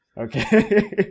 okay